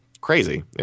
crazy